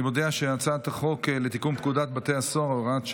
אני מודיע שהצעת חוק לתיקון פקודת בתי הסוהר (הוראות שעה),